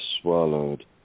swallowed